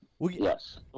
Yes